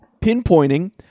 pinpointing